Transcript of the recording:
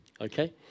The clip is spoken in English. okay